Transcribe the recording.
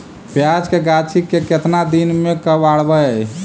प्याज के गाछि के केतना दिन में कबाड़बै?